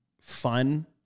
fun